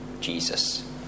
Jesus